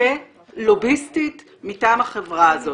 כלוביסטית מטעם החברה הזו.